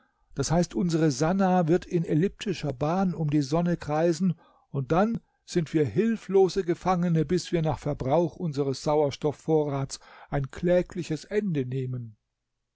das heißt unsere sannah wird in elliptischer bahn um die sonne kreisen und dann sind wir hilflose gefangene bis wir nach verbrauch unseres sauerstoffvorrats ein klägliches ende nehmen